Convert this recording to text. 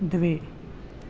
द्वे